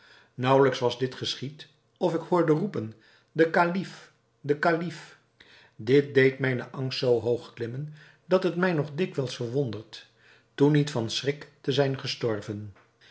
naauwelijks was dit geschied of ik hoorde roepen de kalif de kalif dit deed mijnen angst zoo hoog klimmen dat het mij nog dikwijls verwondert toen niet van schrik te zijn gestorven